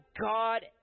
God